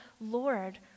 Lord